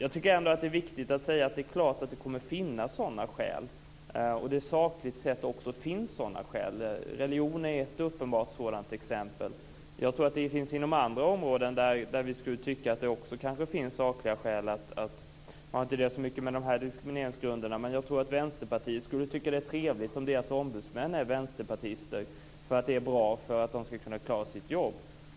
Det är viktigt att säga att det kommer att finnas och att det finns sådana skäl. Religion är ett uppenbart sådant exempel. Jag tror också att det finns andra områden där vi skulle tycka att det finns sakliga skäl. Det har inte så mycket med de här diskrimineringsgrunderna att göra, men jag tror att Vänsterpartiet skulle tycka att det var trevligt om deras ombudsmän var vänsterpartister, därför att det är bra för att de skall kunna klara sitt jobb.